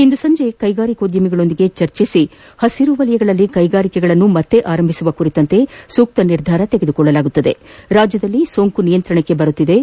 ಇಂದು ಸಂಜೆ ಕೈಗಾರಿಕೋದ್ದಮಿಗಳ ಜೊತೆ ಚರ್ಚೆ ನಡೆಸಿ ಪಸಿರು ವಲಯಗಳಲ್ಲಿ ಕೈಗಾರಿಕೆಗಳನ್ನು ಪುನರಾರಂಭಿಸುವ ಕುರಿತಂತೆ ಸೂಕ್ತ ನಿರ್ಧಾರ ಕೈಗೊಳ್ಳಲಾಗುವುದು ರಾಜ್ಯದಲ್ಲಿ ಸೋಂಕು ನಿಯಂತ್ರಣಕ್ಕೆ ಬರುತ್ತಿದ್ದು